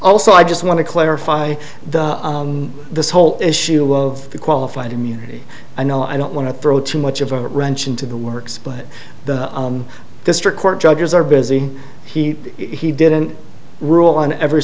also i just want to clarify this whole issue of qualified immunity i know i don't want to throw too much of a wrench into the works but the district court judges are busy he he didn't rule on every